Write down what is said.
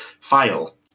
file